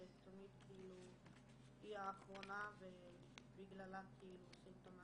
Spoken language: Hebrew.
שתמיד היא האחרונה ובגללה עושים את המעשה,